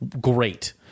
great